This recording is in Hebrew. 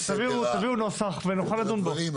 וסדר הדברים,